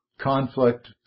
conflict